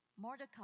Mordecai